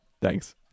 Thanks